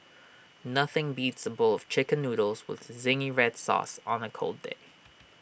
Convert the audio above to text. nothing beats A bowl of Chicken Noodles with Zingy Red Sauce on A cold day